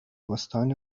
استان